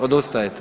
Odustajete?